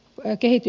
en kehity